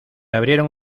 abrieron